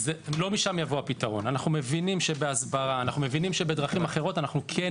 אנחנו מבינים שבהסברה ובדרכים אחרות אנחנו יכולים